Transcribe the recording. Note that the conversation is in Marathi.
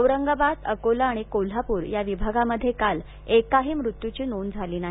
औरंगाबादअकोला आणि कोल्हापूर विभागात काल एकाही मृत्यूची नोंद झाली नाही